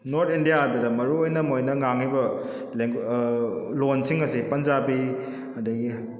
north ꯏꯟꯗꯤꯌꯥꯗꯅ ꯃꯔꯨꯑꯣꯏꯅ ꯃꯣꯏꯅ ꯉꯥꯡꯉꯤꯕ ꯂꯣꯟꯁꯤꯡ ꯑꯁꯦ ꯄꯟꯖꯥꯕꯤ ꯑꯗꯒꯤ